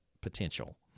potential